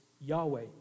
Yahweh